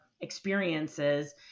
experiences